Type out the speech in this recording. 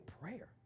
prayer